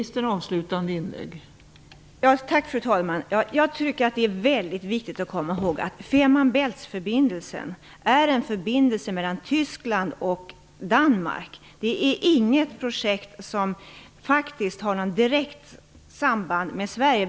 Fru talman! Det är väldigt viktigt att komma ihåg att Fehmarn Bält-förbindelsen är en förbindelse mellan Tyskland och Danmark. Projektet har inget direkt samband med Sverige.